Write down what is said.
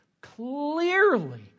clearly